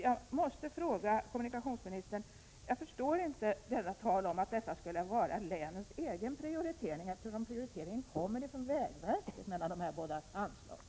Jag måste säga till kommunikationsministern: Jag förstår inte talet om att det här skulle vara fråga om länets egen prioritering, eftersom prioriteringen härrör från vägverket när det gäller de här båda anslagen.